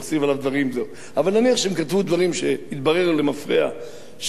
אבל נניח שהם כתבו דברים שהתברר למפרע שלא היו נכונים,